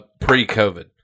pre-COVID